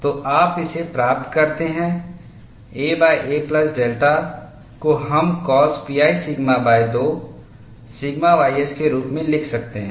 तो आप इसे प्राप्त करते हैंaaप्लस डेल्टा को हम कॉस pi सिग्मा2 सिग्मा ys के रूप में लिख सकते हैं